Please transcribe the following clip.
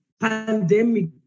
pandemic